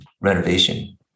renovation